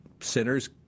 centers